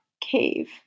cave